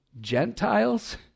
Gentiles